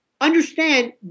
understand